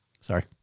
Sorry